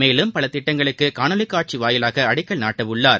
மேலும் பல திட்டங்களுக்கு காணொலி காட்சி மூலம் அடிக்கல் நாட்டவுள்ளார்